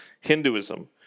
Hinduism